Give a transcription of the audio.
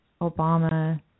Obama